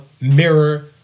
mirror